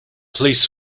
police